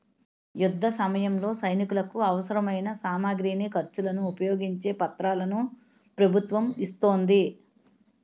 యుద్ధసమయంలో సైనికులకు అవసరమైన సామగ్రిని, ఖర్చులను ఉపయోగించే పత్రాలను ప్రభుత్వం ఇస్తోంది